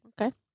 okay